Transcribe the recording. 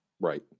Right